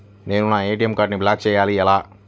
నేను నా ఏ.టీ.ఎం కార్డ్ను బ్లాక్ చేయాలి ఎలా?